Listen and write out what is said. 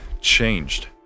changed